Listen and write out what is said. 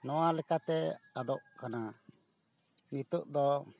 ᱱᱚᱣᱟ ᱞᱮᱠᱟᱛᱮ ᱟᱫᱚᱜ ᱠᱟᱱᱟ ᱱᱤᱛᱚᱜ ᱫᱚ